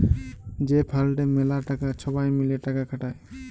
যে ফাল্ডে ম্যালা টাকা ছবাই মিলে টাকা খাটায়